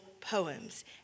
poems